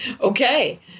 Okay